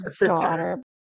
daughter